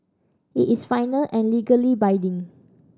it is final and legally binding